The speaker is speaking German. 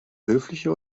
höfliche